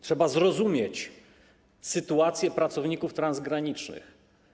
Trzeba zrozumieć sytuację pracowników transgranicznych.